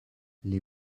les